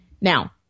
Now